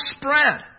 spread